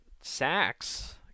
Sacks